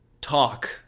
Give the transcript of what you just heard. talk